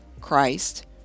Christ